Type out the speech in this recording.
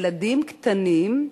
ילדים קטנים,